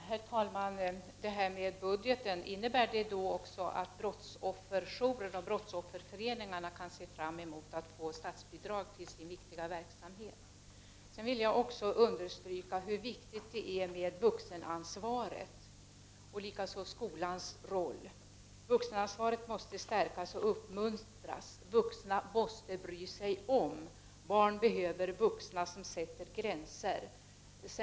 Herr talman! Innebär det justitieministern sade om budgeten att brottsofferjouren och brottsofferföreningarna kan se fram emot att få statsbidrag till sin viktiga verksamhet? Jag vill också understryka hur viktigt det är med vuxenansvaret och hur viktig skolans roll är. Vuxenansvaret måste stärkas och uppmuntras. Vuxna måste bry sig om. Barn behöver vuxna som sätter gränser.